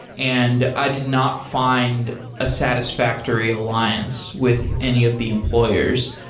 and i did not find a satisfactory alliance with any of the employers.